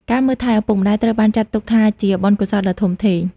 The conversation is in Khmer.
ការមើលថែឪពុកម្តាយ ត្រូវបានគេចាត់ទុកថាជាបុណ្យកុសលដ៏ធំធេង។